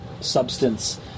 substance